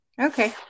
Okay